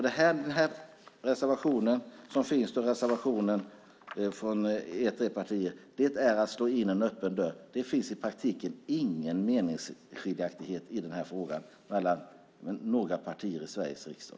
Den här reservationen från er tre partier slår in en öppen dörr. Det finns i praktiken ingen meningsskiljaktighet i frågan mellan några partier i Sveriges riksdag.